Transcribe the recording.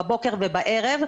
בבוקר ובערב,